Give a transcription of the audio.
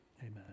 amen